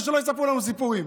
ושלא יספרו לנו סיפורים.